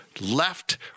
left